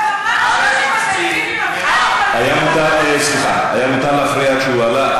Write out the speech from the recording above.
היה מותר להפריע כשהוא עלה.